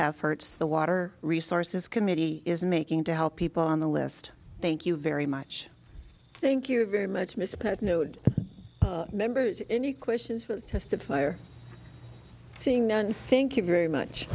efforts the water resources committee is making to help people on the list thank you very much thank you very much mr nude members any questions testify or seeing none thank you very much